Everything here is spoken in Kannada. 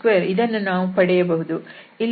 ಇಲ್ಲಿ gz